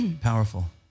Powerful